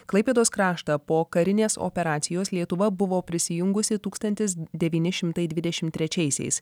klaipėdos kraštą po karinės operacijos lietuva buvo prisijungusi tūkstantis devyni šimtai dvidešimt trečiaisiais